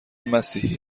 مسیحی